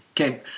Okay